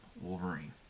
Wolverine